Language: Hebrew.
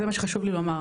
זה מה שחשוב לי לומר,